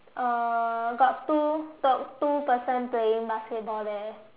uh got two got two person playing basketball there